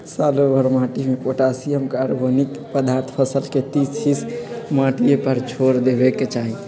सालोभर माटिमें potassium, carbonic पदार्थ फसल के तीस हिस माटिए पर छोर देबेके चाही